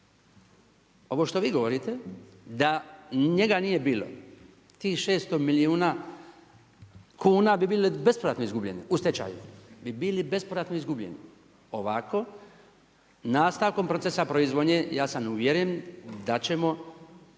Ovo što vi govorite da njega nije bilo tih 600 milijuna kuna bi bilo besplatno izgubljeni u stečaju bi bili bespovratno izgubljeni. Ovako nastavkom procesa proizvodnje ja sam uvjeren da ćemo